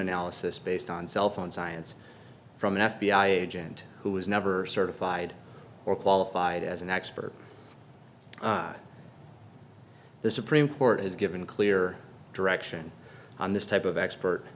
analysis based on cell phone science from an f b i agent who was never certified or qualified as an expert the supreme court has given clear direction on this type of expert